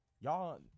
y'all